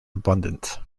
abundant